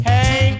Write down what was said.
Hey